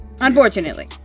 Unfortunately